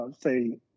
say